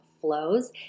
flows